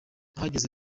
ahageze